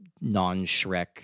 non-Shrek